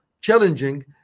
challenging